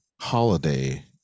holiday